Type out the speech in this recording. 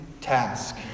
task